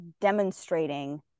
demonstrating